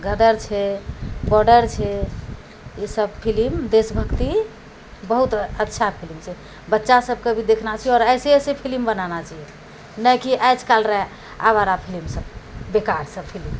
गदर छै बॉर्डर छै ईसब फिलिम देशभक्ति बहुत अच्छा फिलिम छै बच्चा सबके भी देखना चाही आओर अइसे अइसे फिलिम बनाना चाहिअऽ नहि कि आजकलरऽ आवारा फिलिमसब बेकारसब फिलिम